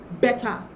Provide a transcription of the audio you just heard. better